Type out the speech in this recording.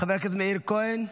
חבר הכנסת מאיר כהן,